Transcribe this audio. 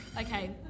okay